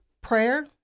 prayer